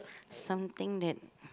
something that